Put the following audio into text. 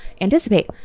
anticipate